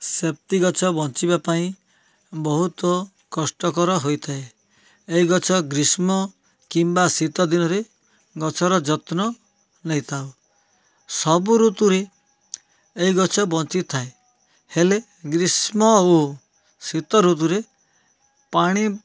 ଗଛ ବଞ୍ଚିବାପାଇଁ ବହୁତୁ କଷ୍ଟକର ହୋଇଥାଏ ଏଇ ଗଛ ଗ୍ରୀଷ୍ମ କିମ୍ବା ଶୀତ ଦିନରେ ଗଛର ଯତ୍ନ ନେଇଥାଉ ସବୁ ଋତୁରେ ଏଇ ଗଛ ବଞ୍ଚିଥାଏ ହେଲେ ଗ୍ରୀଷ୍ମ ଓ ଶୀତ ଋତୁରେ ପାଣି